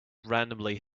randomly